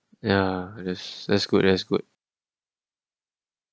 ya just as good as good